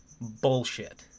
Bullshit